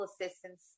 assistance